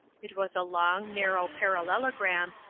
it was a long, narrow parallelogram,